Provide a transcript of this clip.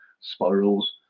spirals